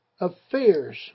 affairs